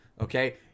Okay